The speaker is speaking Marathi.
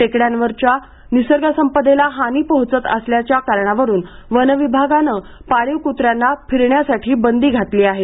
टेकड्यांवरच्या निसर्ग संपदेला हानी पोहोचत असल्याच्या कारणावरून वनविभागाने पाळीव क्रत्यांना फिरण्यासाठी बंदी घातली आहे